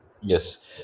Yes